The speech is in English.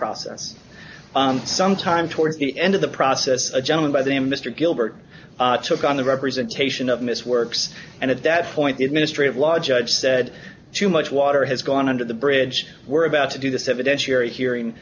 process sometime towards the end of the process a gentleman by the name mr gilbert took on the representation of miss works and at that point the administrative law judge said too much water has gone under the bridge we're about to do this evidence you're hearing